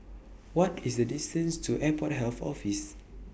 What IS The distance to Airport Health Office